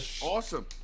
Awesome